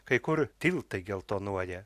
kai kur tiltai geltonuoja